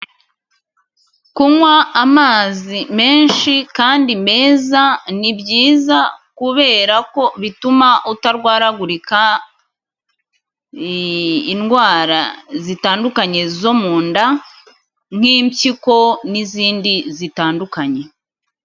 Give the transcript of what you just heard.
Kunywa amazi menshi kandi meza ni byiza, kubera ko bituma utarwaragurika indwara zitandukanye zo mu nda nk'impyiko n'izindi zitandukanye.